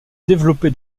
développé